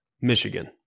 Michigan